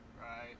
right